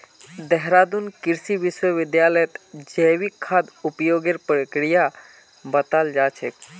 देहरादून कृषि विश्वविद्यालयत जैविक खाद उपयोगेर प्रक्रिया बताल जा छेक